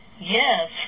Yes